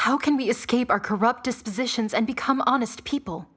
how can we escape our corrupt dispositions and become honest people